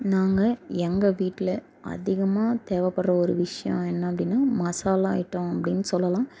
நாங்கள் எங்கள் வீட்டில் அதிகமாக தேவைப்படுற ஒரு விஷயம் என்ன அப்படினா மசாலா ஐட்டம் அப்படினு சொல்லலாம்